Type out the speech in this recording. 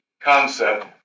concept